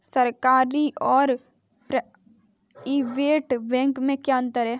सरकारी और private bank में क्या अंतर है?